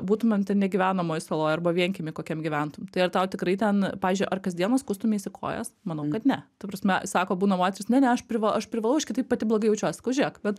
būtumėm ten negyvenamoj saloj arba vienkiemy kokiam gyventum tai ar tau tikrai ten pavyzdžiui ar kasdieną skųstumeisi kojas manau kad ne ta prasme sako būna moterys ne ne aš priva aš privalau aš kitaip pati blogai jaučiuos pažiek bet